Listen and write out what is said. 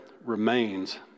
remains